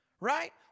right